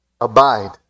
Abide